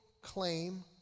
claim